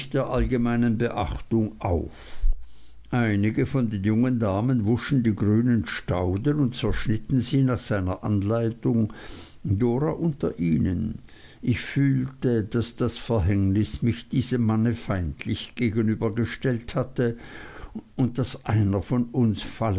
der allgemeinen beachtung auf einige von den jungen damen wuschen die grünen stauden und zerschnitten sie nach seiner anleitung dora unter ihnen ich fühlte daß das verhängnis mich diesem manne feindlich gegenübergestellt hatte und daß einer von uns